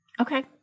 Okay